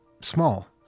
small